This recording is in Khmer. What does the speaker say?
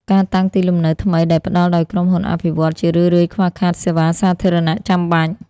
ការតាំងទីលំនៅថ្មីដែលផ្ដល់ដោយក្រុមហ៊ុនអភិវឌ្ឍន៍ ជារឿយៗខ្វះខាតសេវាសាធារណៈចាំបាច់។